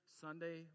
Sunday